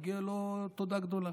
מגיעה לו תודה גדולה.